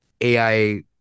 ai